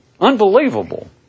Unbelievable